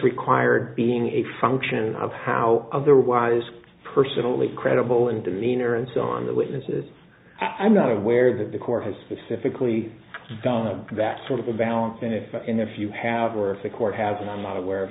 required being a function of how otherwise personally credible in demeanor and so on the witnesses i'm not aware that the court has specifically done that sort of a balance in effect and if you have or if a court has and i'm not aware of